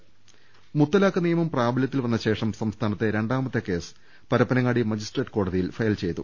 രുട്ടിട്ട മുത്തലാഖ് നിയമം പ്രാബലൃത്തിൽ വന്നശേഷം സംസ്ഥാനത്തെ രണ്ടാ മത്തെ കേസ് പരപ്പനങ്ങാടി മജിസ്ട്രേറ്റ് കോടതിയിൽ ഫയൽ ചെയ്തു